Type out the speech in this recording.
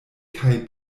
kaj